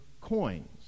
coins